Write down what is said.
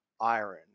iron